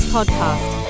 Podcast